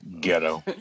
ghetto